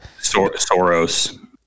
Soros